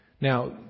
Now